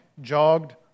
jogged